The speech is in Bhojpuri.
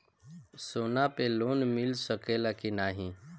सोना पे लोन मिल सकेला की नाहीं?